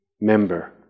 member